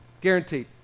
Guaranteed